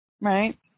right